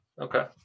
Okay